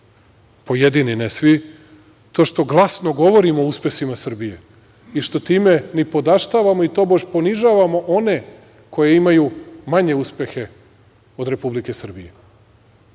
pojedini, ne svi, to što glasno govorim o uspesima Srbije i što time nipodaštavamo i tobož ponižavamo one koji imaju manje uspehe od Republike Srbije. Ne